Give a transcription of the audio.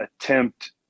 attempt